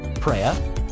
prayer